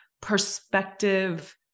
perspective